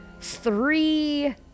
three